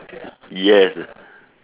yes